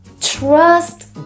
Trust